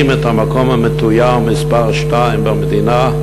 את המקום המתויר מספר שתיים במדינה,